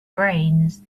brains